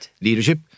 leadership